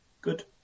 Good